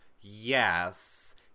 yes